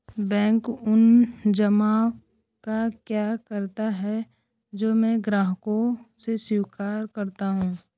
Bank उन जमाव का क्या करता है जो मैं ग्राहकों से स्वीकार करता हूँ?